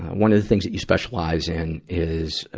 one of the things that you specialize in is,